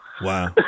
Wow